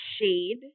shade